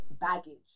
baggage